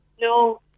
no